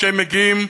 כשהם מגיעים,